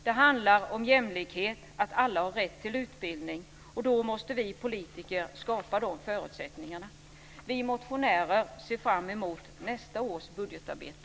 Det handlar om jämlikhet, att alla har rätt till utbildning. Då måste vi politiker skapa de förutsättningarna. Vi motionärer ser fram emot nästa års budgetarbete.